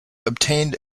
obtained